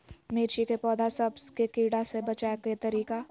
मिर्ची के पौधा सब के कीड़ा से बचाय के तरीका?